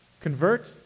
convert